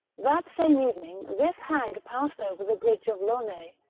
that same evening this hag passed over the bridge of launay,